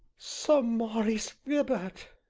sir maurice vibart!